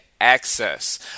access